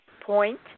point